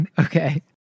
Okay